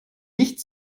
nicht